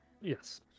Yes